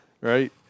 right